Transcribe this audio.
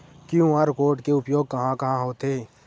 QR code के उपयोग कहां कहां होथे?